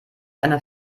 eine